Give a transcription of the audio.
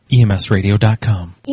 EMSradio.com